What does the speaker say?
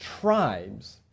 tribes